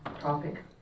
topic